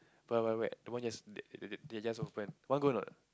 Wild-Wild-Wet the one just they just open want go anot